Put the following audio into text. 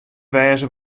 wêze